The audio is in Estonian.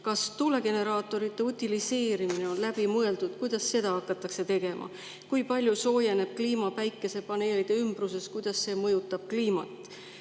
tuulegeneraatorite utiliseerimine, kuidas seda hakatakse tegema? Kui palju soojeneb kliima päikesepaneelide ümbruses, kuidas see mõjutab kliimat?